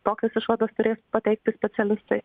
tokias išvadas turės pateikti specialistai